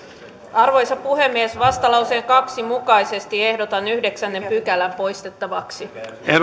arvoisa puhemies vastalauseen kaksi mukaisesti ehdotan yhdeksättä pykälää poistettavaksi